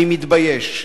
אני מתבייש.